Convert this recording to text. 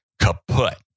kaput